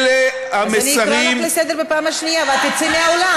אז אני אקרא אותך לסדר בפעם השנייה ואת תצאי מהאולם.